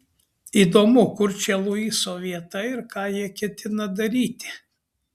įdomu kur čia luiso vieta ir ką jie ketina daryti